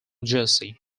jersey